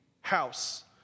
house